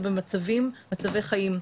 ובמצבי חיים.